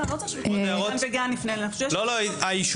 לא, אני לא רוצה שכל גן וגן יפנה --- לא, לא.